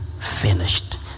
finished